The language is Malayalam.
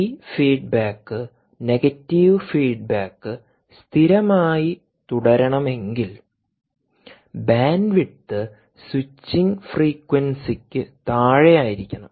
ഈ ഫീഡ്ബാക്ക് നെഗറ്റീവ് ഫീഡ്ബാക്ക് സ്ഥിരമായി തുടരണമെങ്കിൽ ബാൻഡ്വിഡ്ത്ത് സ്വിച്ചിംഗ് ഫ്രീക്വൻസിക്ക് താഴെയായിരിക്കണം